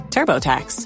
TurboTax